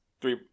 three